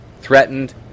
threatened